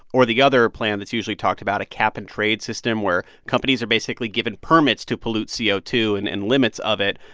or the other plan that's usually talked about, a cap-and-trade system, where companies are basically given permits to pollute c o two and and limits of it.